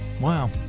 Wow